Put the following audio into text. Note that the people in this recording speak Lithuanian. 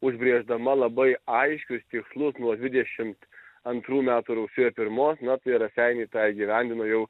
užbrėždama labai aiškius tikslus nuo dvidešimt antrų metų rugsėjo pirmos na raseiniai tą gyvenimo jau